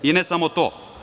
I ne samo to.